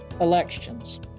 elections